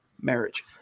marriage